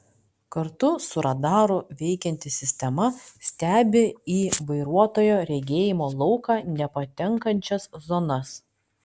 kartu su radaru veikianti sistema stebi į vairuotojo regėjimo lauką nepatenkančias zonas